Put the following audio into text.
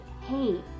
hey